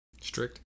Strict